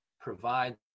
provide